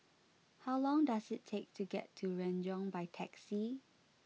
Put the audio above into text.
how long does it take to get to Renjong by taxi